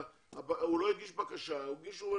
מכיוון שהוא לא הגיש בקשה וכולי.